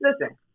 Listen